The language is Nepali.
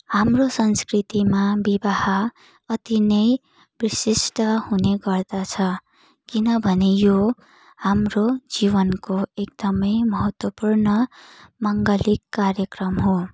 हाम्रो संस्कृतिमा विवाह अति नै विशिष्ट हुने गर्दछ किनभने यो हाम्रो जीवनको एकदमै महत्त्वपूर्ण माङ्गलिक कार्यक्रम हो